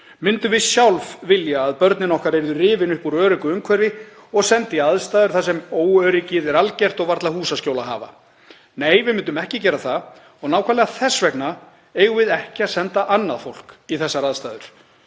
Myndum við sjálf vilja að börnin okkar yrðu rifin upp úr öruggu umhverfi og send í aðstæður þar sem óöryggið er algert og varla húsaskjóli að hafa? Nei, við myndum ekki gera það og nákvæmlega þess vegna eigum við ekki að senda annað fólk í þessar aðstæður.